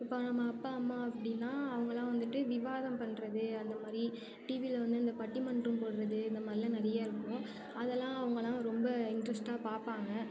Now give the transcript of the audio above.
இப்போ நம்ம அப்பா அம்மா அப்படின்னா அவங்களாம் வந்துட்டு விவாதம் பண்ணுறது அந்த மாதிரி டிவியில் வந்து இந்த பட்டிமன்றம் போடுறது இந்த மாதிரிலாம் நிறைய இருக்கும் அதெல்லாம் அவங்களாம் ரொம்ப இன்ட்ரெஸ்ட்டாக பார்ப்பாங்க